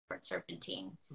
serpentine